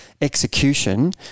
execution